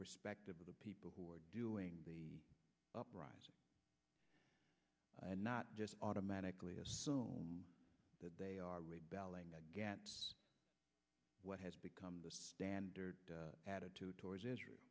perspective of the people who are doing the uprising and not just automatically assume that they are rebelling against what has become the standard attitude towards